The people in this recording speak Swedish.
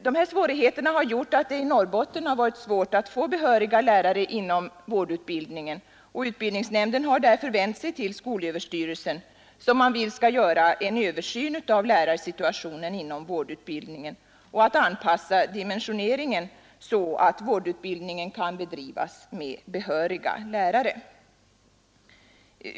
De här svårigheterna har gjort att det i Norrbotten har varit svårt att få behöriga lärare inom vårdutbildningen, och utbildningsnämnden har därför vänt sig till skolöverstyrelsen som man vill skall göra en översyn av lärarsituationen inom vårdutbildningen och anpassa dimensioneringen så, att vårdutbildningen kan bedrivas med behöriga lärare.